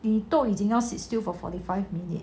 你都已经要 sit still for forty five minutes